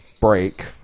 break